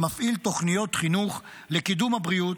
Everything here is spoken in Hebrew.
שמפעיל תוכניות חינוך לקידום הבריאות